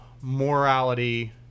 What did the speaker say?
morality